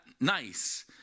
nice